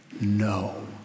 No